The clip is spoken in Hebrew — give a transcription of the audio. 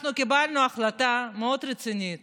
אנחנו קיבלנו החלטה מאוד רצינית